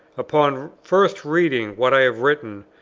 upon first reading what i have written,